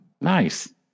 Nice